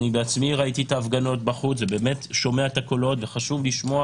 ראיתי את ההפגנות בחוץ ואני שומע את הקולות וחשוב לשמוע